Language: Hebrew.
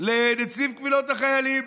לנציב קבילות החיילים,